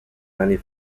many